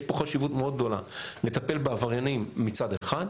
יש פה חשיבות מאוד גדולה לטפל בעבריינים מצד אחד,